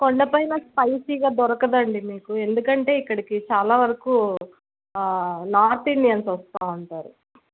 కొండపైన స్పైసీగా దొరకదు అండి మీకు ఎందుకంటే ఇక్కడకి చాలా వరకు నార్త్ ఇండియన్స్ వస్తు ఉంటారు